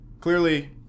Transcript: Clearly